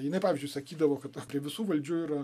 jinai pavyzdžiui sakydavo kad prie visų valdžių yra